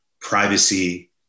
privacy